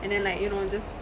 and then like you know just